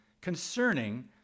concerning